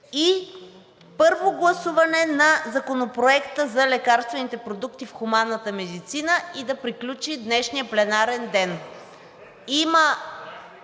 и първо гласуване на Законопроекта за лекарствените продукти в хуманната медицина и да приключи днешният пленарен ден.